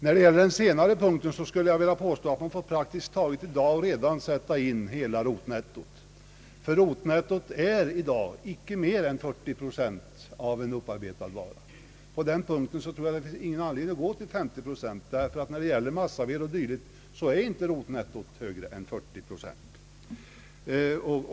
När det gäller den senare punkten får man redan nu i praktiken sätta in hela rotnettot, eftersom detta knappast är mer än 40 procent av en upparbetad vara. Här finns ingen anledning att gå upp till 50 procent. Rotnettot för massaved och timmer blir sällan högre än 40 procent.